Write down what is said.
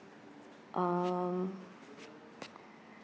um